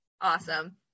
awesome